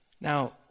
Now